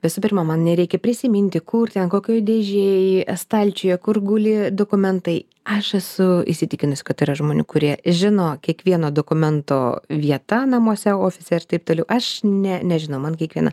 visų pirma man nereikia prisiminti kur ten kokioj dėžėj stalčiuje kur guli dokumentai aš esu įsitikinus kad yra žmonių kurie žino kiekvieno dokumento vieta namuose ofise ir taip toliau aš ne nežinau man kiekvieną